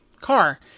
car